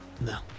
No